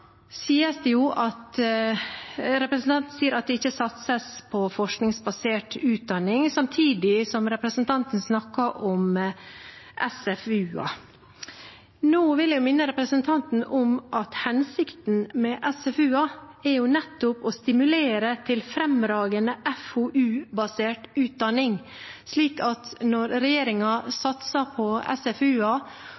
representanten Martin Henriksen at det ikke satses på forskningsbasert utdanning, samtidig som representanten snakker om SFU-er – sentre for fremragende utdanning. Jeg vil minne representanten om at hensikten med SFU-er er nettopp å stimulere til fremragende FoU-basert utdanning. Så når